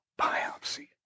Biopsy